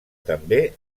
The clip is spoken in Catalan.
també